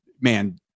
man